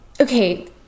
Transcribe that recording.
Okay